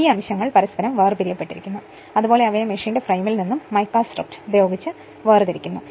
ഈ അംശങ്ങൾ പരസ്പരം വേർപിരിയപ്പെട്ടിരിക്കുന്നു അതേപോലെ അവയെ മെഷീന്റെ ഫ്രെയിമിൽ നിന്നും മൈക്ക സ്ട്രിപ്പ് ഉപയോഗിച്ച് വേർതിരിക്കുന്നു